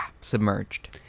submerged